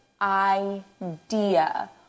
idea